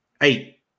eight